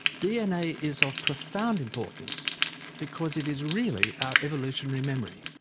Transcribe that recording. dna is of profound importance because it is really our evolutionary memory.